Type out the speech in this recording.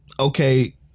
Okay